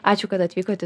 ačiū kad atvykot